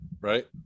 Right